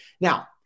now